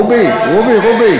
רובי,